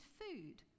food